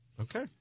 Okay